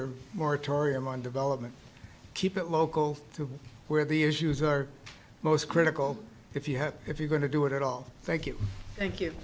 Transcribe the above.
or moratorium on development keep it local to where the issues are most critical if you have if you're going to do it at all thank you thank you